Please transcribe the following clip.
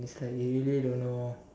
it's like you really don't know